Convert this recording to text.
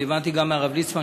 אני הבנתי גם מהרב ליצמן,